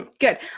Good